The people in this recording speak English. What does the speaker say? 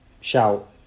shout